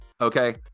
okay